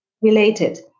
related